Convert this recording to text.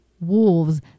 wolves